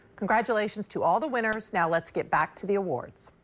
congratulations to all the winners. now let's get back to the awards.